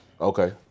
Okay